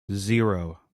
zero